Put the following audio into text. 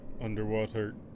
underwater